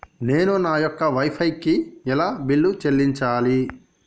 నేను నా యొక్క వై ఫై కి ఎలా బిల్లు చెల్లించాలి?